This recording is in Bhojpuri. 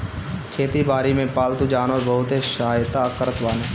खेती बारी में पालतू जानवर बहुते सहायता करत बाने